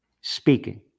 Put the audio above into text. speaking